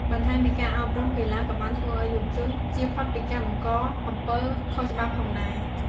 បន្ថែមពីការអប់រំ កីឡាក៏បានធ្វើឲ្យយុវជនជៀសផុតពីការបង្កអំពើខុសច្បាប់ផងដែរ។